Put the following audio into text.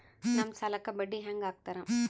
ನಮ್ ಸಾಲಕ್ ಬಡ್ಡಿ ಹ್ಯಾಂಗ ಹಾಕ್ತಾರ?